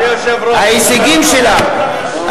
ההישגים שלה,